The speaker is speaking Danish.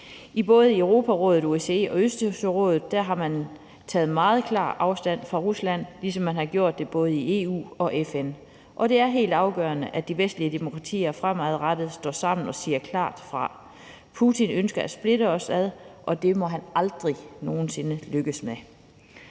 Både i Europarådet, OSCE og Østersørådet har man taget meget klar afstand fra Rusland, ligesom man har gjort det både i EU og i FN. Og det er helt afgørende, at de vestlige demokratier fremadrettet står sammen og siger klart fra. Putin ønsker at splitte os ad, og det må han aldrig nogen sinde lykkes med.